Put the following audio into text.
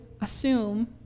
assume